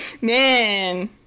man